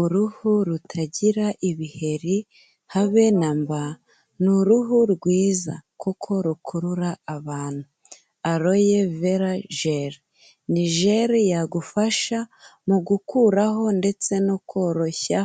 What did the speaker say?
Uruhu rutagira ibiheri habe na mba, ni uruhu rwiza kuko rukurura abantu. Aroye vera jeri ni jeri yagufasha mu gukuraho ndetse no koroshya